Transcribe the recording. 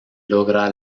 logra